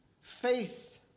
faith